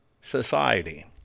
society